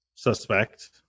suspect